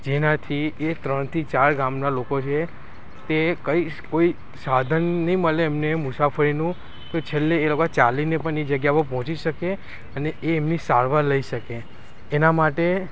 જેનાથી એ ત્રણ થી ચાર ગામનાં લોકો છે તે કંઈ કોઈ સાધન નહીં મળે ને મુસાફરીનું તો છેલ્લે એ લોકો ચાલીને પણ એ જગ્યા પર પહોંચી શકે અને એ એમની સારવાર લઈ શકે એના માટે